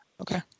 Okay